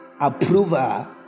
approval